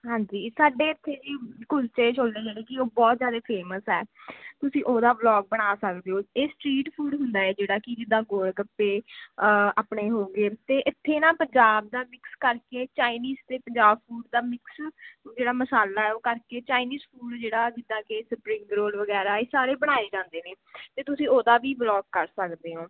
ਹਾਂਜੀ ਸਾਡੇ ਇੱਥੇ ਜੀ ਕੁਲਚੇ ਛੋਲੇ ਜਿਹੜੇ ਕਿ ਉਹ ਬਹੁਤ ਜ਼ਿਆਦਾ ਫੇਮਸ ਹੈ ਤੁਸੀਂ ਉਹਦਾ ਬਲੋਗ ਬਣਾ ਸਕਦੇ ਹੋ ਇਹ ਸਟਰੀਟ ਫੂਡ ਹੁੰਦਾ ਹੈ ਜਿਹੜਾ ਕਿ ਜਿੱਦਾਂ ਗੋਲਗੱਪੇ ਆਪਣੇ ਹੋ ਗਏ ਅਤੇ ਇੱਥੇ ਨਾ ਪੰਜਾਬ ਦਾ ਮਿਕਸ ਕਰਕੇ ਚਾਈਨਜ਼ ਅਤੇ ਪੰਜਾਬ ਫੂਡ ਦਾ ਮਿਕਸ ਜਿਹੜਾ ਮਸਾਲਾ ਹੈ ਉਹ ਕਰਕੇ ਚਾਈਨਜ਼ ਫੂਡ ਜਿਹੜਾ ਜਿੱਦਾਂ ਕਿ ਸਪਰਿੰਗ ਰੋਲ ਵਗੈਰਾ ਹੈ ਇਹ ਸਾਰੇ ਬਣਾਏ ਜਾਂਦੇ ਨੇ ਅਤੇ ਤੁਸੀਂ ਉਹਦਾ ਵੀ ਬਲੋਗ ਕਰ ਸਕਦੇ ਹੋ